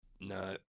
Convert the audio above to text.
no